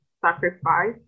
sacrifice